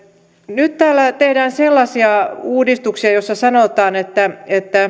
nyt täällä tehdään sellaisia uudistuksia joissa sanotaan että